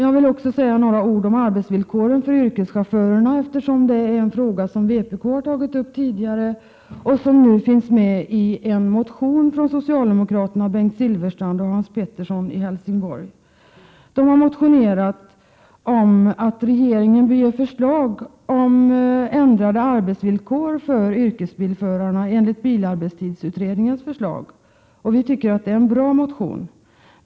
Jag vill också säga några ord om arbetsvillkoren för yrkeschaufförerna, eftersom det är en fråga som vpk har tagit upp tidigare och som nu finns med i en motion från socialdemokraterna Bengt Silfverstrand och Hans Pettersson i Helsingborg. De har motionerat om att regeringen bör förelägga riksdagen förslag om ändrade arbetsvillkor för yrkesbilförare i enlighet med bilarbetstidsutredningens förslag. Vi tycker att det är en bra motion.